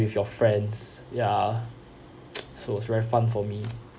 with your friends ya so it's very fun for me